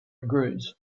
agrees